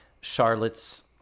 Charlotte's